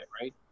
right